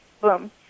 boom